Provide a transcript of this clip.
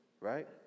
right